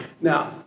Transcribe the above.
Now